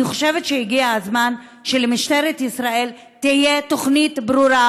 אני חושבת שהגיע הזמן שלמשטרת ישראל תהיה תוכנית ברורה